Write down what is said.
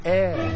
air